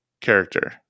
character